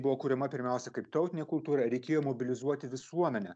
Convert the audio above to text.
buvo kuriama pirmiausia kaip tautinė kultūra reikėjo mobilizuoti visuomenę